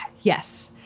Yes